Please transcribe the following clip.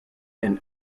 and